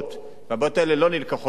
והבעיות האלה לא מובאות בחשבון.